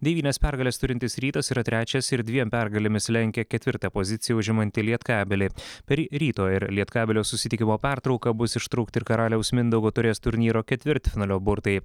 devynias pergales turintis rytas yra trečias ir dviem pergalėmis lenkia ketvirtą poziciją užimantį lietkabelį per ryto ir lietkabelio susitikimo pertrauką bus ištrūkti ir karaliaus mindaugo taurės turnyro ketvirtfinalio burtai